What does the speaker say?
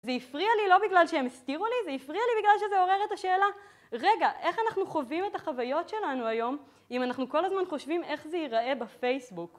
זה הפריע לי, לא בגלל שהם הסתירו לי, זה הפריע לי בגלל שזה עורר את השאלה רגע, איך אנחנו חווים את החוויות שלנו היום, אם אנחנו כל הזמן חושבים איך זה ייראה בפייסבוק?